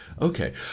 Okay